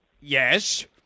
Yes